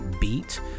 beat